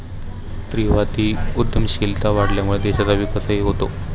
स्त्रीवादी उद्यमशीलता वाढल्यामुळे देशाचा विकासही होतो